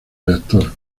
reactor